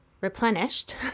replenished